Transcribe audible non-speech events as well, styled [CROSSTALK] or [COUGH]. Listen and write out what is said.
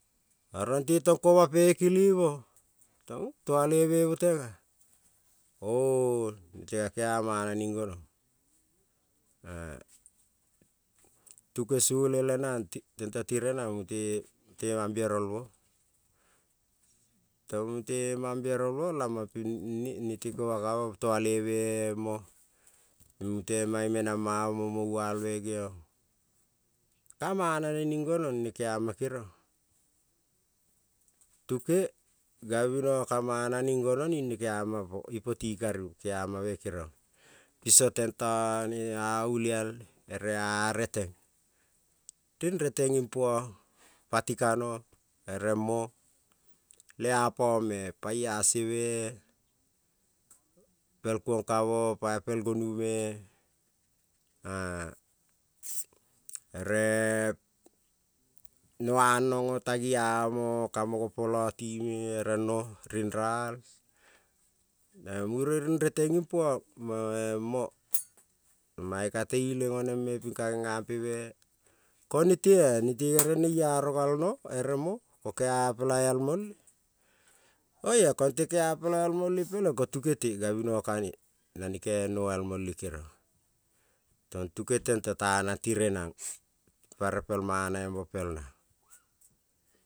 Oro te-tong koma pekele-mo tong, toaleve-mo teng-a o-o te ka kea mana ning gonong [HESITATION] tuke sole le nang tenta tirenang mute, mute mambiarolmo, tong mute mambiarolmo la ma ping nete koma ka mo toaleve-mo mute menama-mo mo moval-me geviong, ka mana ne ning gonong-ne keama keriong tuke, gavinoga ka mana ning gonong ning ne keama po ipo ti kari keama me keriong, piso tentone a-ulial ere a reteng, ring reteng ing puang pati kano ere mo le apom-me pa-a-se, pel kuong kamo pai pel gonu-me [HESITATION] [NOISE] ere noanong-o-tagi amo kamo gopola time ere no ring ral, [HESITATION] mure reteng ing puang moe mo, [NOISE] mae ka te ileng oneng-me ping ga gengangpe me- ko nete-a nete [NOISE] gere nearo gal-no ere mo ko keapela al mole, oia konte keapela al mole peleng ko tuke te gavinoga ka ne na kea at no al mole keriong, tong tuke tento tanang tire-nang [NOISE] pa repel manavembo pel nang.